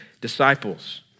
disciples